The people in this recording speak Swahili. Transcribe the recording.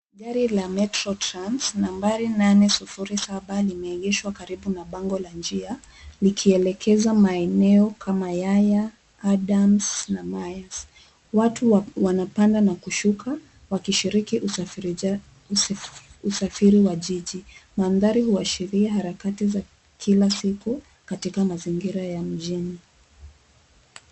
Gari la [metro trans ]nambari nane sufuri saba imeegeshwa karibu na bango la njia likielekeza maeneo kama yaya ,adams na mayas ,watu wa wanapanda na kushuka wakishiriki usafiri wa jiji mandhari wa sheria harakati za kila siku katika mazingira ya mjini.